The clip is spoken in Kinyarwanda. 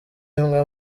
imwe